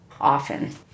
often